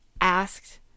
asked